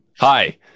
Hi